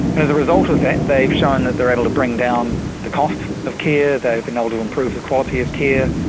as a result of that, they've shown that they're able to bring down the costs of care, they've been able to improve the quality of care,